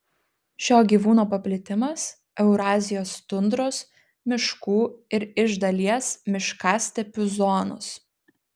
šio gyvūno paplitimas eurazijos tundros miškų ir iš dalies miškastepių zonos